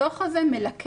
הדו"ח הזה מלקט